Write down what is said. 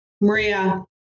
Maria